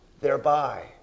thereby